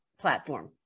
platform